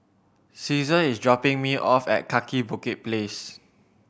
Caesar is dropping me off at Kaki Bukit Place